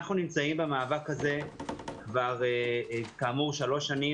אנחנו נמצאים במאבק הזה כבר שלוש שנים.